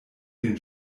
den